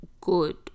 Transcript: good